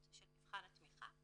של מבחן התמיכה,